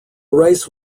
race